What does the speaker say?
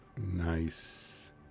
Nice